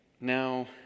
now